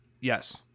Yes